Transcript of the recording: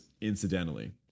incidentally